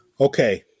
Okay